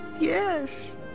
Yes